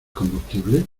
combustible